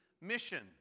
mission